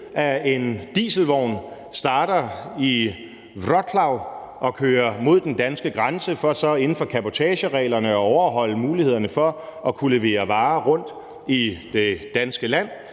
er en dieselvogn, der starter i Wroclaw og kører mod den danske grænse for så inden for cabotagereglerne at overholde mulighederne for at kunne levere varer rundt i det danske land,